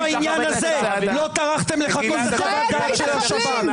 גם בעניין הזה לא טרחתם לחכות לחוות-דעת של השב"כ.